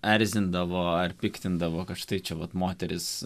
erzindavo ar piktindavo kad štai čia vat moterys